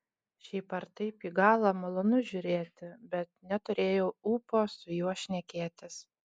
šiaip ar taip į galą malonu žiūrėti bet neturėjau ūpo su juo šnekėtis